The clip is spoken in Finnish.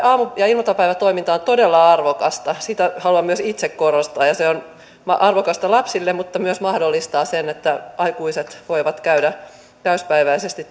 aamu ja iltapäivätoiminta on todella arvokasta sitä haluan myös itse korostaa se on arvokasta lapsille mutta myös mahdollistaa sen että aikuiset voivat käydä täysipäiväisesti